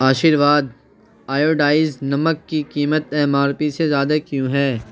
آشرواد iodized نمک کی قیمت ایم آر پی سے زیادہ کیوں ہے